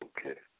Okay